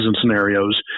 scenarios